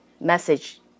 message